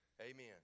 Amen